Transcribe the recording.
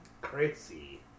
Crazy